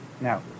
Now